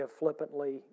flippantly